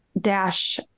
dash